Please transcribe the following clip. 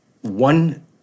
one